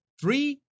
three